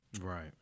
Right